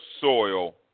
soil